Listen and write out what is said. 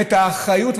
את האחריות,